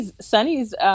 Sonny's